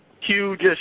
Huge